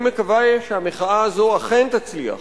אני מקווה שהמחאה הזאת אכן תצליח